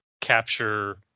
capture